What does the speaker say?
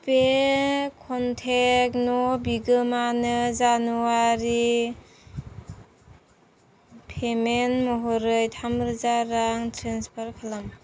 बे कनटेक्ट न' बिगोमानो जानुवारि पेमेन्ट महरै थामरोजा रां ट्रेन्सफार खालाम